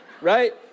right